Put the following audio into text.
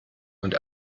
und